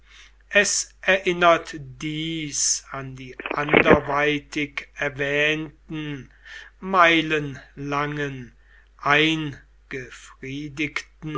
es erinnert dies an die anderweitig erwähnten meilenlangen